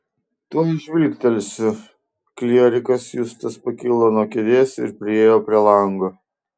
tuoj žvilgtelsiu klierikas justas pakilo nuo kėdės ir priėjo prie lango